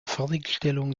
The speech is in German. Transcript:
fertigstellung